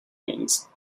wings